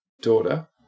daughter